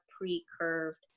pre-curved